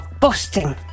busting